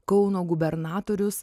kauno gubernatorius